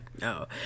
No